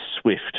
swift